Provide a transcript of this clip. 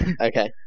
Okay